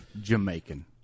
Jamaican